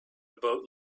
about